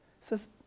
says